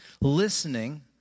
Listening